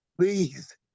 please